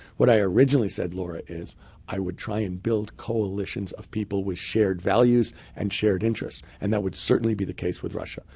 what i originally said, laura, is i would try and build coalitions of people with shared values and shared interests. and that would certainly be the case with russia.